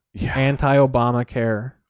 anti-Obamacare